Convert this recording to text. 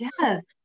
yes